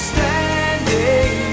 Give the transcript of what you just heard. Standing